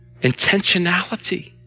intentionality